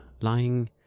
lying